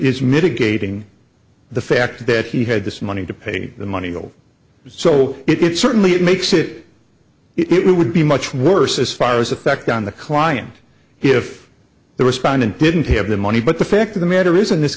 is mitigating the fact that he had this money to pay the money will so it certainly makes it it would be much worse as far as effect on the client if the respondent didn't have the money but the fact of the matter is in this